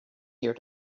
here